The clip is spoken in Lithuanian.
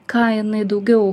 ką jinai daugiau